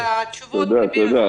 אני מבקשת לשמוע את התשובות מחיים ביבס,